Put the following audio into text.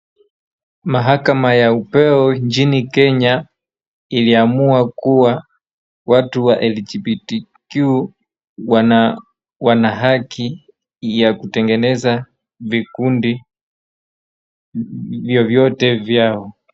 Mahakama ya upeo nchini kenya iliamua kuwa watu wa LGBTQ wana haki ya kutengeneza vikundi vyovyote vyao.